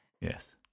Yes